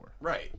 Right